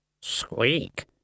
Squeak